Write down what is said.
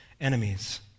enemies